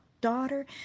daughter